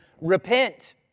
repent